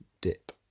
dip